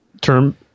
term